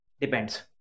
depends